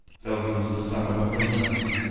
though he was the son of a princess,